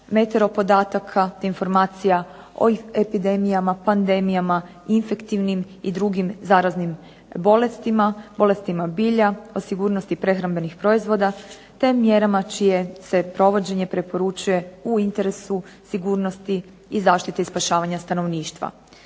metero podataka, informacija o epidemijama, pandemijama, infektivnim i drugim zaraznim bolestima, bolestima bilja, o sigurnosti prehrambenih proizvoda, te mjerama čije se provođenje preporučuje u interesu sigurnosti i zaštite i spašavanja stanovništva.